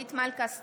אורית מלכה סטרוק,